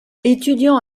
étudiant